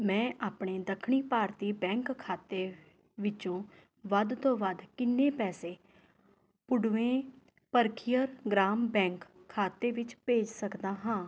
ਮੈਂ ਆਪਣੇ ਦੱਖਣੀ ਭਾਰਤੀ ਬੈਂਕ ਖਾਤੇ ਵਿੱਚੋਂ ਵੱਧ ਤੋਂ ਵੱਧ ਕਿੰਨੇ ਪੈਸੇ ਪੁਡਵੇ ਭਰਥਿਅਰ ਗ੍ਰਾਮ ਬੈਂਕ ਖਾਤੇ ਵਿੱਚ ਭੇਜ ਸਕਦਾ ਹਾਂ